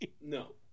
No